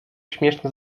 śmieszny